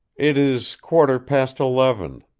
it is quarter past eleven,